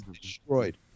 destroyed